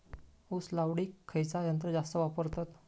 ऊस लावडीक खयचा यंत्र जास्त वापरतत?